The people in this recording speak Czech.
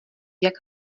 jak